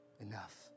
enough